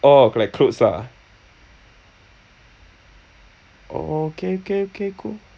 orh like clothes lah oh okay okay okay cool